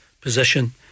position